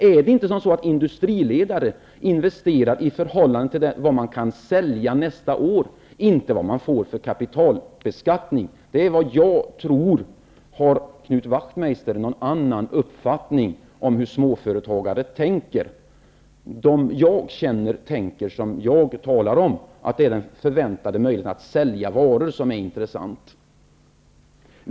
Är det inte så att företagsledare investerar i förhållande till vad som går att sälja nästa år, inte efter vad man får för kapitalbeskattning? Det är vad jag tror. Har Knut Wachtmeister en annan uppfattning om hur småföretagare tänker? De jag känner tänker så som jag här talar om, att det är den förväntade möjligheten att sälja som är det intressanta.